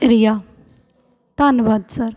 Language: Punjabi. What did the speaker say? ਰੀਹਾ ਧੰਨਵਾਦ ਸਰ